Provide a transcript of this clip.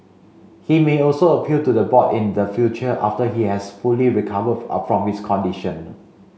he may also appeal to the board in the future after he has fully recovered from his condition